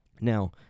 Now